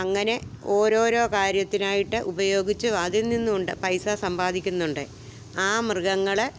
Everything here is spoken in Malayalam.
അങ്ങനെ ഓരോ ഓരോ കാര്യത്തിനായിട്ട് ഉപയോഗിച്ചു അതിൽ നിന്നുമുണ്ട് പൈസ സമ്പാദിക്കുന്നുമുണ്ട് ആ മൃഗങ്ങളെ